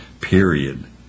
period